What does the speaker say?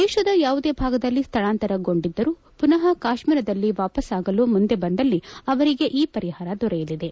ದೇಶದ ಯಾವುದೇ ಭಾಗದಲ್ಲಿ ಸ್ಥಳಾಂತರಗೊಂಡಿದ್ದರೂ ಪುನಃ ಕಾಶ್ನೀರದಲ್ಲಿ ವಾಸವಾಗಲು ಮುಂದೆ ಬಂದಲ್ಲಿ ಅವರಿಗೆ ಈ ಪರಿಹಾರ ದೊರೆಯಲಿದೆ